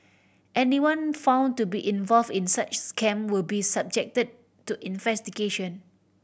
anyone found to be involve in such scam will be subjected to investigation